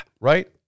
Right